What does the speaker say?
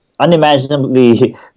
unimaginably